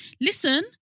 Listen